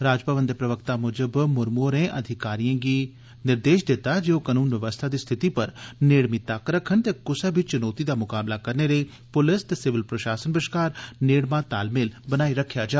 राजभवन दे प्रवक्ता मूजब मुर्मू होरें अधिकारिए गी निर्देश दित्ता जे ओ कनून बवस्था दी स्थिति पर नेड़मी तक्क रक्खन ते कुसै बी चुनौती दा मकाबला करने लेई पुलस ते सिविल प्रशासन बश्कार नेड़मा तालमेल बनाई रक्खेआ जा